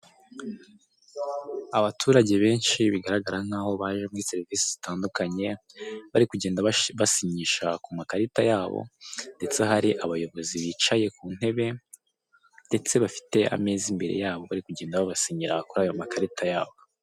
Abaturage benshi bigaragara nk'aho baje muri serivisi zitandukanye bari kugenda basinyisha ku makarita yabo, ndetse hari abayobozi bicaye ku ntebe ndetse bafite ameza imbere yabo bari kugenda babasinyira kuri ayo makarita yabo.